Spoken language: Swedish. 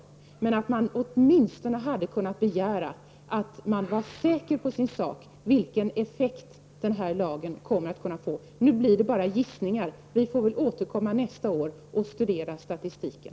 Jag tycker att man åtminstone kunde begära att de som arbetade med dessa saker var säkra på sin sak och visste vilken effekt den här lagen kan komma att få. Nu blir det bara gissningar. Men vi får väl återkomma till frågan nästa år och studera statistiken.